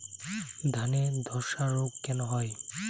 ধানে ধসা রোগ কেন হয়?